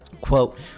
quote